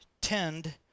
tend